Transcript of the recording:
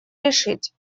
решить